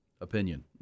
opinion